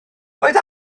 oedd